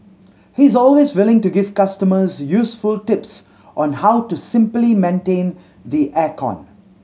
he is always willing to give customers useful tips on how to simply maintain the air con